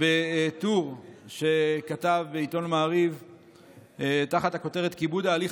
בטור שכתב בעיתון מעריב תחת הכותרת "כיבוד ההליך